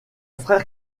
frère